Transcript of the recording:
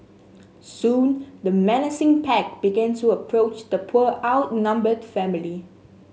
soon the menacing pack began to approach the poor outnumbered family